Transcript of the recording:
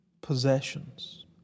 possessions